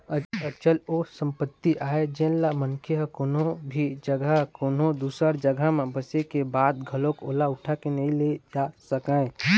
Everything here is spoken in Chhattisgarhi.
अचल ओ संपत्ति आय जेनला मनखे ह कोनो भी जघा कोनो दूसर जघा म बसे के बाद घलोक ओला उठा के नइ ले जा सकय